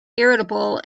irritable